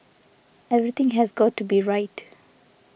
everything has got to be right